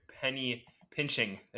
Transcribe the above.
penny-pinching